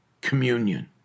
Communion